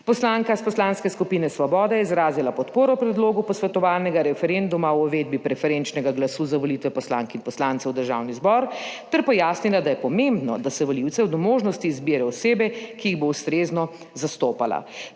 Poslanka iz poslanske skupine Svoboda je izrazila podporo predlogu posvetovalnega referenduma o uvedbi preferenčnega glasu za volitve poslank in poslancev v Državni zbor ter pojasnila, da je pomembno, da se volivcev do možnosti izbire osebe, ki jih bo ustrezno zastopala.